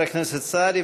תודה, חבר הכנסת סעדי.